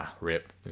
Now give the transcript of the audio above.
rip